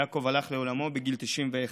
יעקב הלך לעולמו בגיל 91,